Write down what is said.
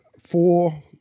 four